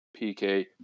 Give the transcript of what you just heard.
PK